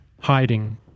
Hiding